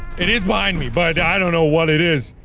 it is behind me, but i don't know what it is.